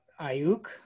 Ayuk